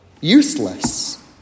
useless